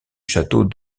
château